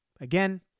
Again